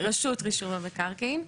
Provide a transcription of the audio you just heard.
רשות רישום המקרקעין.